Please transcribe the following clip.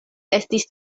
estis